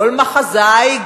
כל מחזאי,